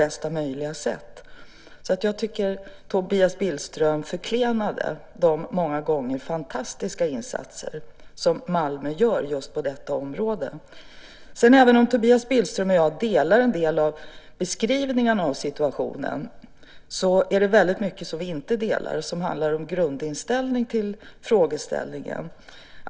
Jag tycker alltså att Tobias Billström förklenade de många gånger fantastiska insatser som Malmö gör på just detta område. Även om Tobias Billström och jag delar uppfattning om en del av beskrivningarna av situationen finns det dock väldigt mycket som vi inte delar. Det handlar om grundinställningen till frågeställningen.